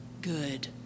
good